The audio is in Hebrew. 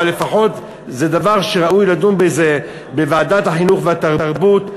לפחות זה דבר שראוי לדון בו בוועדת החינוך והתרבות.